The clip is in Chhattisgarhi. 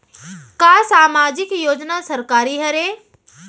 का सामाजिक योजना सरकारी हरे?